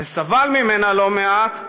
וגם סבל ממנה לא מעט,